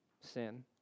sin